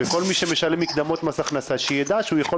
וכל מי שמשלם מקדמות מס שידע שהוא יכול